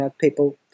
people